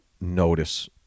notice